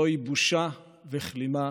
זוהי בושה וכלימה